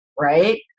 Right